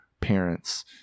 parents